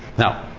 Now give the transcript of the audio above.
now,